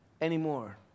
anymore